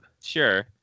sure